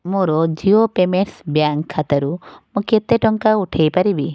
ମୋର Jio payments bank ଖାତାରୁ ମୁଁ କେତେ ଟଙ୍କା ଉଠାଇ ପାରିବି